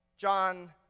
John